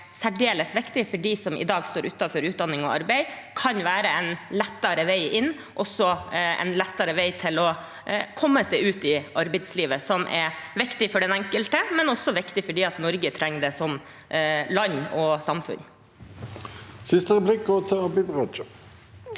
særdeles viktige for dem som i dag står utenfor utdanning og arbeid. Det kan være en lettere vei inn – og også en lettere vei til å komme seg ut i arbeidslivet, som er viktig for den enkelte, men også viktig fordi Norge trenger det som land og som samfunn. Abid Raja